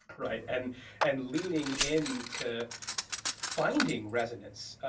right, and and leaning into finding resonance,